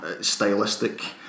stylistic